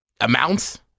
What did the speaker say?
Amounts